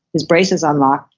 his braces unlocked,